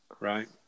Right